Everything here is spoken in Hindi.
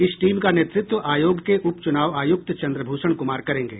इस टीम का नेतृत्व आयोग के उपचुनाव आयुक्त चन्द्रभूषण कुमार करेंगे